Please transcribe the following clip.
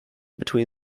between